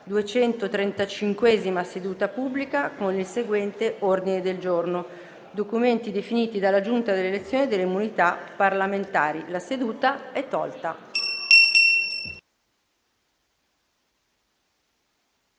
alle ore 16,30, con il seguente ordine del giorno: Documenti definiti dalla Giunta delle elezioni e delle immunità parlamentari La seduta è tolta